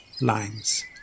Lines